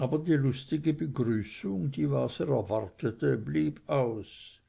aber die lustige begrüßung die waser erwartete blieb aus